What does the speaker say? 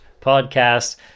podcast